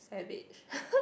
savage